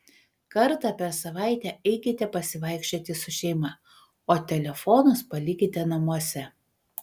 kartą per savaitę eikite pasivaikščioti su šeima o telefonus palikite namuose